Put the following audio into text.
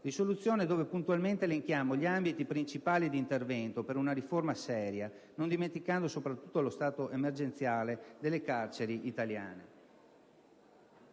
risoluzione puntualmente elenchiamo gli ambiti principali di intervento per una riforma seria, non dimenticando soprattutto lo stato emergenziale delle carceri italiane.